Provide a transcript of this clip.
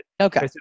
Okay